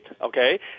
okay